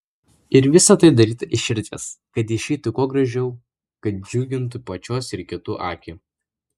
ir visa tai daryta iš širdies kad išeitų kuo gražiau kad džiugintų pačios ir kitų akį